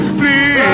please